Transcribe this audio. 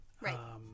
Right